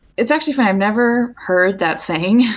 it's actually funny, i've never heard that saying.